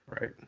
Right